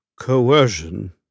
coercion